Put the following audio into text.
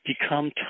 become